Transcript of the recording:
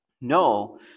No